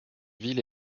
ville